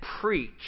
preach